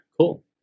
cool